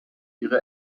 ihre